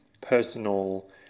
personal